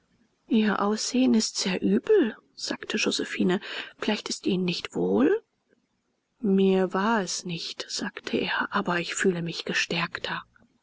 ihr aussehen ist sehr übel sagte josephine vielleicht ist ihnen nicht wohl mir war es nicht sagte er aber ich fühle mich gestärkter